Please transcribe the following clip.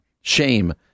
shame